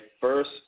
first